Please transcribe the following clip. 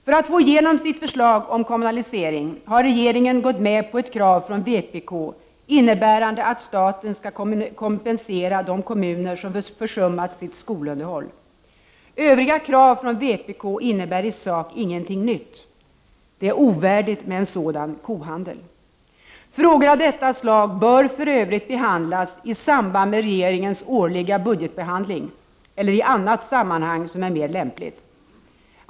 För att få igenom sitt förslag om kommunalisering, har regeringen gått med på ett krav från vpk, innebärande att staten skall kompensera de kommuner som försummat sitt skolunderhåll. Övriga krav från vpk innebär i sak ingenting nytt. Det är ovärdigt med en sådan kohandel. Frågor av detta slag bör för övrigt behandlas i samband med riksdagens årliga budgetbehandling eller i annat sammanhang som är mer lämpligt.